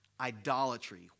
idolatry